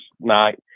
night